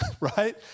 right